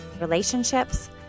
relationships